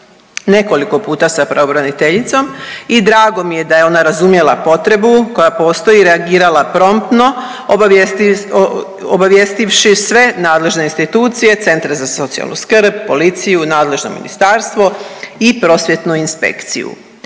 nekoliko puta sa pravobraniteljicom i drago mi je da je ona razumjela potrebu koja postoji i reagirala promptno obavijestivši sve nadležne institucije, centre za socijalnu skrb, policiju, nadležno ministarstvo i prosvjetnu inspekciju.